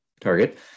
target